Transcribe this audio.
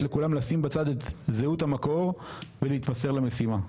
לכולם לשים בצד את זהות המקור ולהתמסר למשימה.